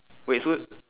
wait so